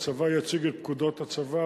הצבא יציג את פקודות הצבא